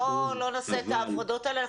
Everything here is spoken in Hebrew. בוא לא נעשה את ההפרדות האלה.